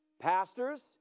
Pastors